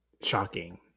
shocking